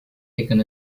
taken